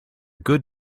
good